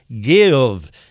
give